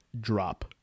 Drop